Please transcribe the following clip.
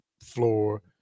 floor